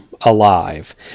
alive